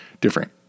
different